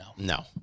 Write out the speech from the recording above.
No